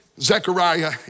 Zechariah